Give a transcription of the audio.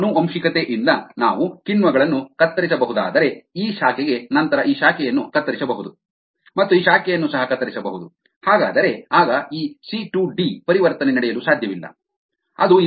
ಕೆಲವು ಆನುವಂಶಿಕತೆಯಿಂದ ನಾವು ಕಿಣ್ವಗಳನ್ನು ಕತ್ತರಿಸಬಹುದಾದರೆ ಈ ಶಾಖೆಗೆ ನಂತರ ಈ ಶಾಖೆಯನ್ನು ಕತ್ತರಿಸಬಹುದು ಮತ್ತು ಈ ಶಾಖೆಯನ್ನು ಸಹ ಕತ್ತರಿಸಬಹುದು ಹಾಗಾದರೆ ಆಗ ಈ ಸಿ ಟು ಡಿ ಪರಿವರ್ತನೆ ನಡೆಯಲು ಸಾಧ್ಯವಿಲ್ಲ